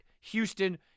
Houston